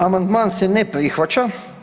Amandman se ne prihvaća.